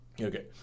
Okay